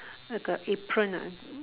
like a apron lah